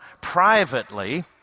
privately